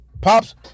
Pops